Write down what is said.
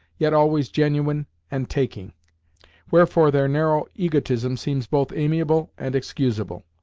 yet always genuine and taking wherefore their narrow egotism seems both amiable and excusable.